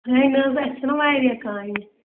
ہے نہ حظ اَسہِ چھےٚ نہ واریاہ کامہِ